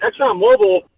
ExxonMobil